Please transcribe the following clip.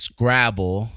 Scrabble